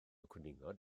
cwningod